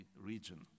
region